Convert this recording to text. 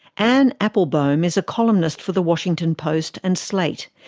anne applebaum is a columnist for the washington post and slate.